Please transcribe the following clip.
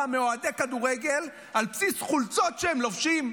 מאוהדי כדורגל על בסיס חולצות שהם לובשים?